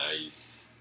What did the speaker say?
nice